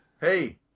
hey